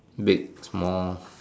big small